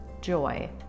joy